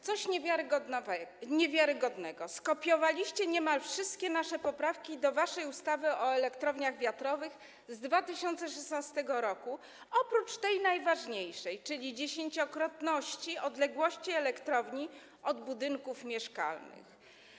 Coś niewiarygodnego - skopiowaliście niemal wszystkie nasze poprawki do waszej ustawy o elektrowniach wiatrowych z 2016 r. oprócz tej najważniejszej, czyli dotyczącej 10-krotności odległości elektrowni od budynków mieszkalnych.